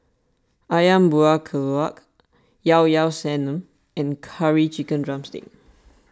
Ayam Buah Keluak Llao Llao Sanum and Curry Chicken Drumstick